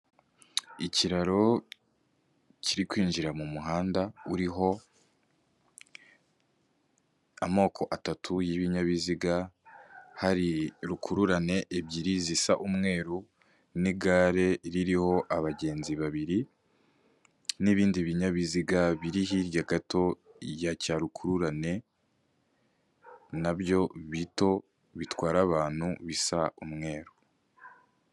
Umuntu uhagaze imbere y'imbaga y'abantu benshi, wambaye imyenda y'umukara. ufite indangururamajwi y'umukara, inyuma ye hakaba hari ikigega cy'umukara kijyamo amazi aturutse k'umureko w'inzu. N'inzu yubatse n'amatafari ahiye.